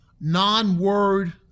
non-word